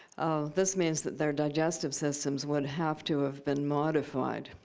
um this means that their digestive systems would have to have been modified.